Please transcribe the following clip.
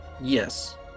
yes